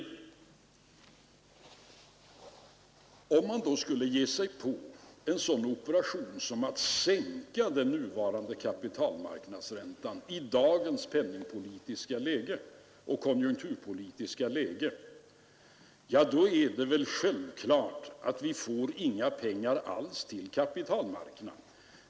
Om man i dagens penningpolitiska och konjunkturpolitiska läge skulle ge sig på en sådan operation som att sänka den nuvarande kapitalmarknadsräntan är det väl självklart att vi inte får några pengar alls till kapitalmarknaden.